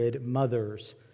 mothers